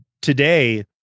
today